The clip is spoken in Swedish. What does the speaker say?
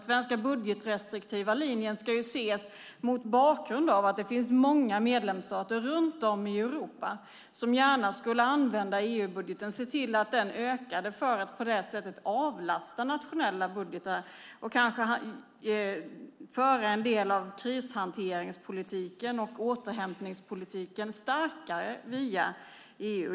Den budgetrestriktiva svenska linjen ska ses mot bakgrund av att det finns många medlemsstater runt om i Europa som gärna skulle använda EU-budgeten, och se till att den ökade, för att på det sättet avlasta nationella budgetar och kanske starkare föra en del av krishanteringspolitiken och återhämtningspolitiken via EU.